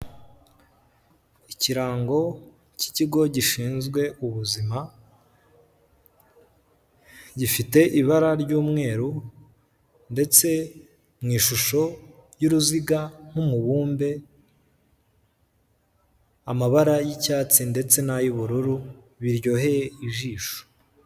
Ikirango cy'ikigo gishinzwe ubuzima gifite ibara ry'umweru ndetse mu ishusho y'uruziga nk'umubumbe, amabara y'icyatsi ndetse n'ay'ubururu biryoheye ijisho.